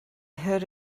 heard